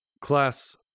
Class